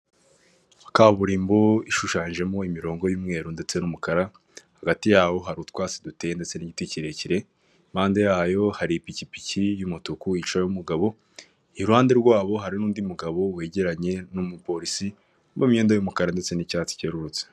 Kaburimbo ishushanyijemo imirongo y'umweru ndetse n'umukara hagati ya hari utwatsi duteye ndetse n'igiti kirekire impande yayo hari ipikipiki y'umutuku yicayeho umugabo iruhande rwabo hari n'undi mugabo wegeranye n'umupolisi mu imyenda y'umukara ndetse n'icyatsi cyerurutse.